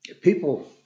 people